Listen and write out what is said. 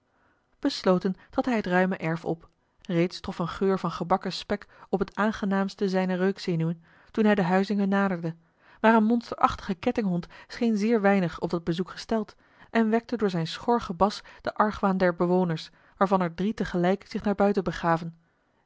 besloten trad hij het ruime erf op reeds trof een geur van gebakken spek op het aangenaamste zijne reukzenuwen toen hij de huizinge naderde maar een monsterachtige kettinghond scheen zeer weinig op dat bezoek gesteld en wekte door zijn schor gebras den argwaan der bewoners waarvan er drie tegelijk zich naar buiten begaven